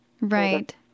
right